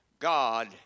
God